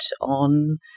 on